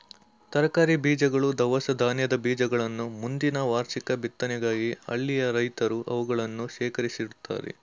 ತರಕಾರಿ ಬೀಜಗಳು, ದವಸ ಧಾನ್ಯದ ಬೀಜಗಳನ್ನ ಮುಂದಿನ ವಾರ್ಷಿಕ ಬಿತ್ತನೆಗಾಗಿ ಹಳ್ಳಿಯ ರೈತ್ರು ಅವುಗಳನ್ನು ಶೇಖರಿಸಿಡ್ತರೆ